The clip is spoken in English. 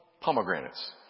pomegranates